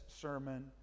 sermon